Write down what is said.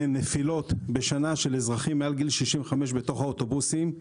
נפילות של אזרחים מעל גיל 65 בתוך האוטובוסים בשנה,